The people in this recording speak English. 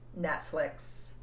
Netflix